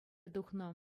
тухнӑ